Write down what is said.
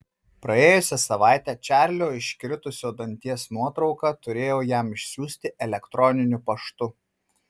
praėjusią savaitę čarlio iškritusio danties nuotrauką turėjau jam išsiųsti elektroniniu paštu